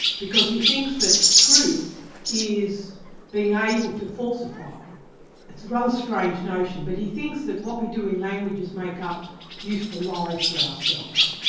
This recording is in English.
because he thinks that truth is being able to falsify. it's a rather strange notion, but he thinks that what we do in language is make up useful lies for ourselves.